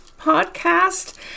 podcast